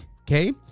Okay